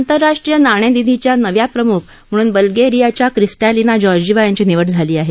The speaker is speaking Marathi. आंतरराष्ट्रीय नाणेनिधीच्या नव्या प्रमुख म्हणून बल्गेरियाच्या क्रिस्टॅलिना जॉर्जिव्हा यांची निवड झाली आहे